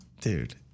Dude